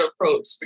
approach